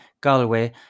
Galway